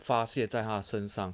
发泄在他身上